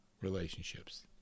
relationships